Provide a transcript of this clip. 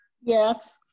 Yes